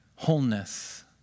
Wholeness